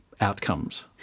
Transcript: outcomes